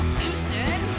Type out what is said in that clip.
Houston